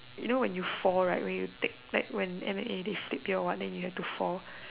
you know when you fall right when you take like when M_M_A they flip here or what then you have to fall